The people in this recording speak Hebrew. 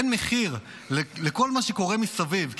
אין מחיר לכל מה שקורה מסביב.